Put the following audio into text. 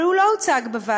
אבל הוא לא הוצג בוועדה,